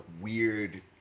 weird